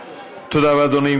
תודה רבה, אדוני.